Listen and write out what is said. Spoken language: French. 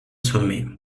sommet